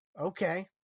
Okay